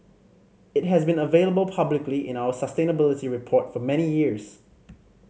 it has been available publicly in our sustainability report for many years